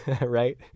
right